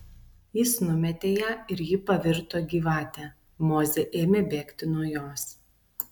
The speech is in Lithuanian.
jis numetė ją ir ji pavirto gyvate mozė ėmė bėgti nuo jos